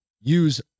use